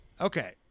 Okay